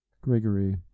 Gregory